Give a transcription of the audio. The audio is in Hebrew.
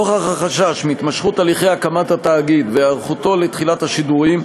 נוכח החשש מהתמשכות הליכי הקמת התאגיד והיערכותו לתחילת השידורים,